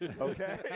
okay